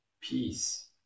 Peace